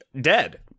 Dead